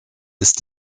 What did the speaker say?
ist